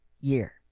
year